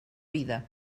vida